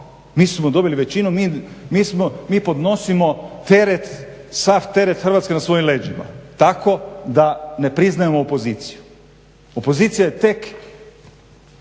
mi smo dobili većinu mi podnosimo teret sav teret Hrvatske na svojim leđima. Tako da ne priznajemo opoziciju. Opozicija je tek